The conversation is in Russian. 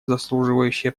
заслуживающее